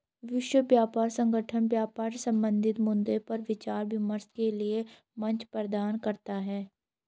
विश्व व्यापार संगठन व्यापार संबंधी मद्दों पर विचार विमर्श के लिये मंच प्रदान करता है